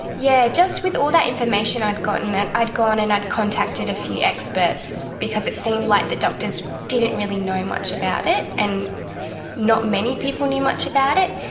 yeah, just with all that information i'd gotten. and i'd gone and i'd contacted a few experts, because it seemed like the doctors didn't really know much about it and not many people knew much about it.